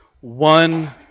one